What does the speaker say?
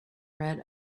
red